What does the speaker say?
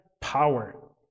power